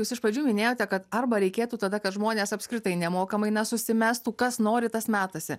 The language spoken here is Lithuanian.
jūs iš pradžių minėjote kad arba reikėtų tada kad žmonės apskritai nemokamai na susimestų kas nori tas metasi